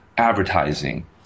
Advertising